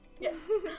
Yes